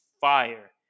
fire